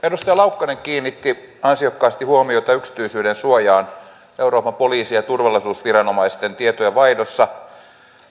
edustaja laukkanen kiinnitti ansiokkaasti huomiota yksityisyydensuojaan euroopan poliisin ja turvallisuusviranomaisten tietojenvaihdossa